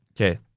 Okay